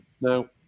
Now